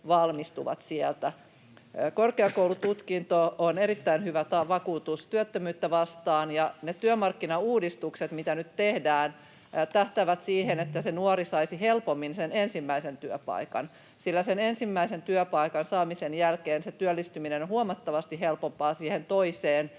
valmistuvat sieltä. Korkeakoulututkinto on erittäin hyvä vakuutus työttömyyttä vastaan, ja ne työmarkkinauudistukset, mitä nyt tehdään, tähtäävät siihen, että nuori saisi helpommin sen ensimmäisen työpaikan, sillä sen ensimmäisen työpaikan saamisen jälkeen työllistyminen on huomattavasti helpompaa siihen toiseen ja